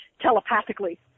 telepathically